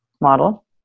model